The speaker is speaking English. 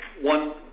One